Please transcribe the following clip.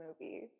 movie